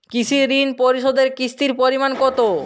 কৃষি ঋণ পরিশোধের কিস্তির পরিমাণ কতো?